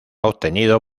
obtenido